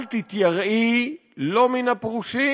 אל תתייראי, לא מן הפרושים